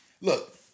Look